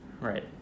Right